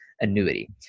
annuity